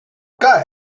guy